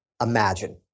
imagine